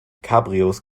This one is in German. cabrios